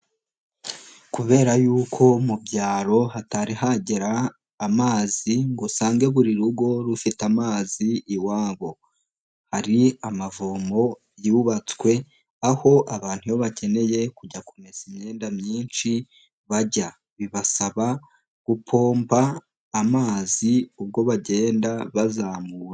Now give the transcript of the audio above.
Kubera yuko mu byaro hatari hagera amazi ngo usange buri rugo rufite amazi iwabo. Hari amavomo yubatswe aho abantu bo bakeneye kujya kumesa imyenda myinshi bajya, bibasaba gupomba amazi ubwo bagenda bazamu.